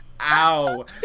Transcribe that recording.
Ow